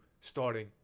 starting